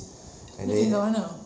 dia tinggal mana